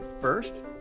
First